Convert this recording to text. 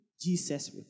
Jesus